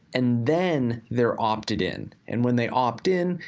and then they're opted-in. and when they opt-in,